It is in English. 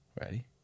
Ready